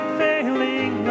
failing